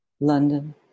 London